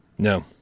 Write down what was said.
No